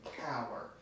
power